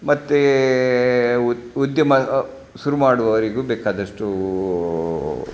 ಮತ್ತು ಉದ್ಯಮ ಶುರು ಮಾಡುವವರಿಗೂ ಬೇಕಾದಷ್ಟು